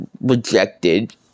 rejected